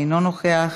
אינו נוכח,